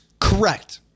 correct